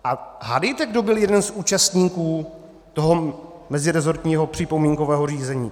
A hádejte, kdo byl jeden z účastníků toho meziresortního připomínkového řízení?